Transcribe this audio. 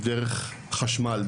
דרך חשמל,